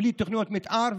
בלי תוכניות מתאר,